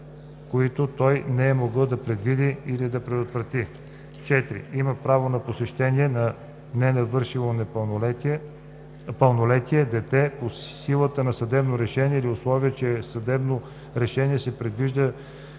които той не е могъл да предвиди или да предотврати; 4. има право на посещение на ненавършило пълнолетие дете по силата на съдебно решение, при условие че в съдебното решение се предвижда